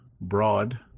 broad